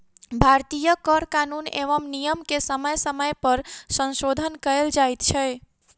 भारतीय कर कानून एवं नियम मे समय समय पर संशोधन कयल जाइत छै